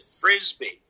Frisbee